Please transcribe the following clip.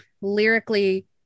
lyrically